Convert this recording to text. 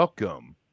Welcome